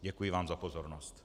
Děkuji vám za pozornost.